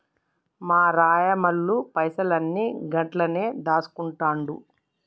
మా రాయమల్లు పైసలన్ని గండ్లనే దాస్కుంటండు